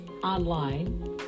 online